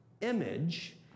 image